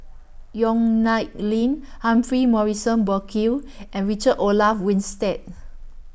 Yong Nyuk Lin Humphrey Morrison Burkill and Richard Olaf Winstedt